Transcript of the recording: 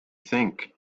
think